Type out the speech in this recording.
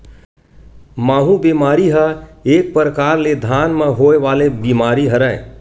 माहूँ बेमारी ह एक परकार ले धान म होय वाले बीमारी हरय